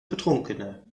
betrunkene